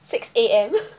six A_M